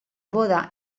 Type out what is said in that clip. boda